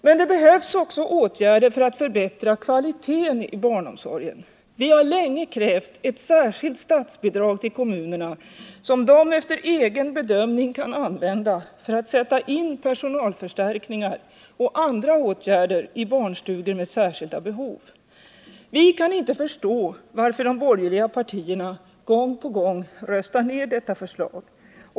Men det behövs också åtgärder för att förbättra kvaliteten i barnomsorgen. Vi har länge krävt ett särskilt statsbidrag till kommunerna, som de efter egen bedömning kan använda för att sätta in personalförstärkningar och andra åtgärder i barnstugor med särskilda behov. Vi kan inte förstå varför de borgerliga partierna gång på gång röstar ner detta förslag.